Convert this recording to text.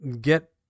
get